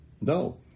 No